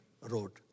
wrote